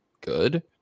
good